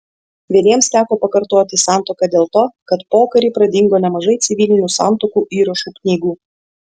vieniems teko pakartoti santuoką dėl to kad pokarį pradingo nemažai civilinių santuokų įrašų knygų